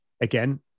again